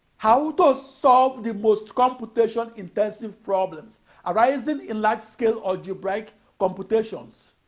how to solve the most computation-intensive problems arising in large-scale algebraic computations.